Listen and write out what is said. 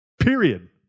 Period